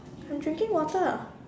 I'm drinking water